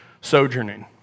sojourning